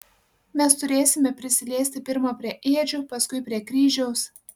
mes turėsime prisiliesti pirma prie ėdžių paskui prie kryžiaus